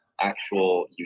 actual